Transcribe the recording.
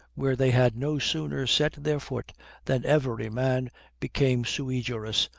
where they had no sooner set their foot than every man became sui juris,